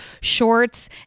shorts